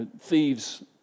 thieves